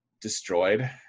destroyed